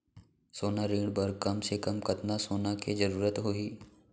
सोना ऋण बर कम से कम कतना सोना के जरूरत होही??